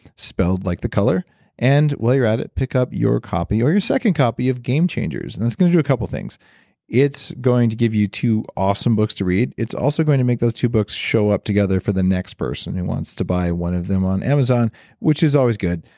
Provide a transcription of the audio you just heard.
spelled like the color and while you're at it, pick up your copy or your second copy of game changers. and it's going to do a couple of things it's going to give you two awesome books to read. it's also going to make those two books show up together for the next person who wants to buy one of them on amazon which is always good.